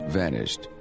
vanished